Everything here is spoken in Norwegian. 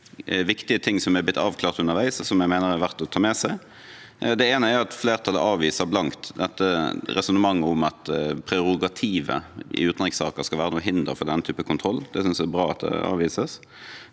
er det viktige ting som er blitt avklart underveis, og som jeg mener det er verdt å ta med seg. Det ene er at flertallet avviser blankt resonnementet om at prerogativet i utenrikssaker skal være noe hinder for denne type kontroll. Jeg synes det er bra at det avvises.